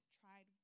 tried